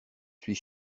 suis